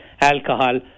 Alcohol